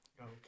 Okay